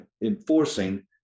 enforcing